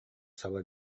саба